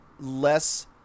less